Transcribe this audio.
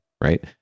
right